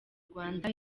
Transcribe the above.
rwanda